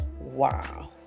Wow